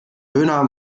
döner